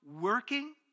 working